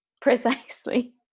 precisely